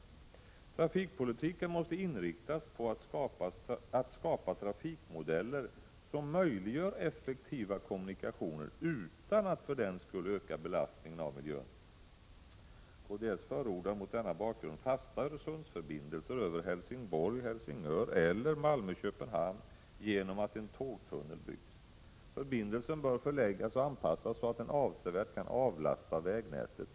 Trafikpolitiken måste inriktas på att skapa trafikmodeller som möjliggör effektiva kommunikationer. Men för den skull får inte belastningen på miljön öka. Vi i kds förordar mot denna bakgrund fasta Öresundsförbindelser mellan Helsingborg och Helsingör eller Malmö och Köpenhamn i form av en tågtunnel. Förbindelsen bör förläggas och anpassas så, att det blir en avsevärd avlastning på vägnätet.